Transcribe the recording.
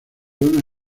una